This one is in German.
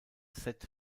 set